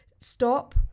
stop